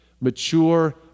mature